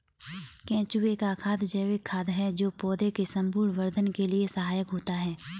केंचुए का खाद जैविक खाद है जो पौधे के संपूर्ण वर्धन के लिए सहायक होता है